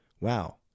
wow